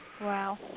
Wow